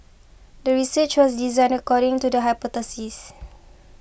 the research was designed according to the hypothesis